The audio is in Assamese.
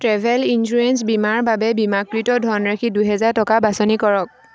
ট্ৰেভেল ইঞ্চুৰেন্স বীমাৰ বাবে বীমাকৃত ধনৰাশি দুহেজাৰ টকা বাছনি কৰক